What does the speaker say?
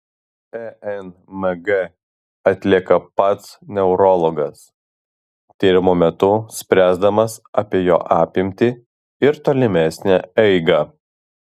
enmg atlieka pats neurologas tyrimo metu spręsdamas apie jo apimtį ir tolimesnę eigą